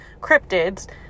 cryptids